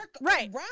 right